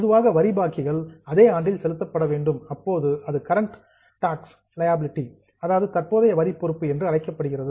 பொதுவாக வரி பாக்கிகள் அதே ஆண்டில் செலுத்தப்பட வேண்டும் அப்போது அது கரண்ட் டாக்ஸ் லியாபிலிடி தற்போதைய வரி பொறுப்பு என்று அழைக்கப்படுகிறது